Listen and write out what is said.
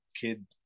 kid